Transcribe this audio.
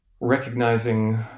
recognizing